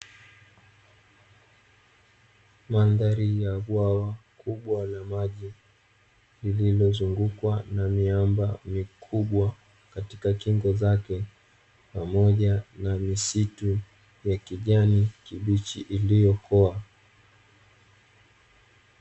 Mandhari ya bwawa kubwa la maji, lililozungukwa na miamba mikubwa katika kingo zake, pamoja na misitu ya kijani kibichi iliyokoa.